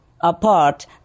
apart